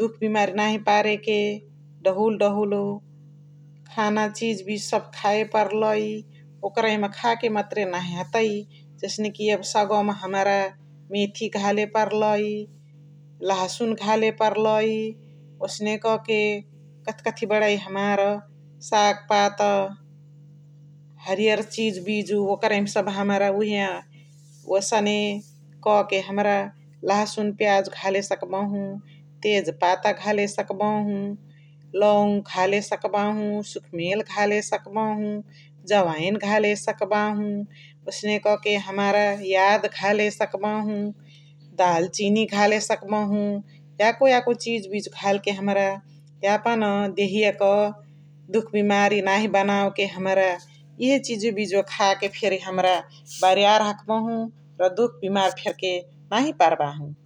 दुख बिमारि नाही पार के डहुल डहुल खान चिज्बिजु सभ खाय पर्लइ । ओकरही म खा के मतरे नाही हतइ जसने कि यब सगवा मा हमरा मेथी घाले पर्लइ, लहसुन घाले पर्लइ, ओसने क के कथ कथ बणै हमार साग्पात हरियर चिज्बिजु ओकरहिम सभ हमरा उहे ओसने क के हमरा लहसुन पियाजु घाले सकबहु, तेज पाता घाले सकबहु, लङ घाले सकबहु, खुख्मेल घाले सकबहु, जवाइन घाले सकबहु, ओसने क के हमरा याद सकबहु, दाल्चिनी घाले सकबहु, याको याको चिज्बिजु घाल के हमरा यापन देहिया क दुख बिमारी नही बनवे के हाम्राअ इहे चिज्बिजु खा के फेरी हमरा हखबहु र दुख बिमारी फेर्के नही परबहु ।